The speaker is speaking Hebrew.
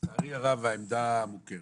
לצערי הרב, העמדה מוכרת.